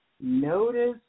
Notice